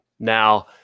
Now